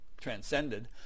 transcended